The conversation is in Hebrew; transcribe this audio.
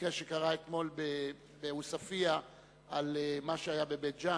למקרה שקרה אתמול בעוספיא, על מה שהיה בבית-ג'ן.